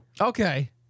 Okay